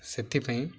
ସେଥିପାଇଁ